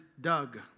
Doug